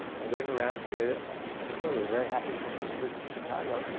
and going around to we're we're very happy to come to the university of chicago,